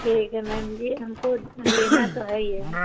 ठीक है मैम जी हमको लेना तो है ही है